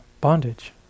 bondage